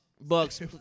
Bucks